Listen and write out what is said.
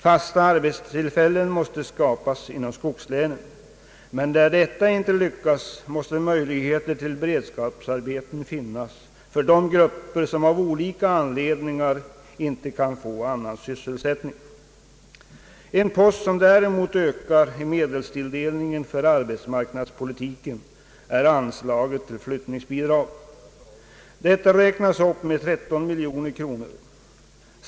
Fasta arbetstillfällen måste skapas inom skogslänen, men där detta inte lyckas måste möjligheter till beredskapsarbete finnas för de grupper som av olika anledningar inte kan få annan sysselsättning. En post som däremot ökat i medelstilldelningen för arbetsmarknadspolitiken är anslaget till flyttningsbidrag. Detta räknas upp med 13 miljoner kronor.